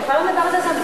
אני בכלל לא מדברת על זה.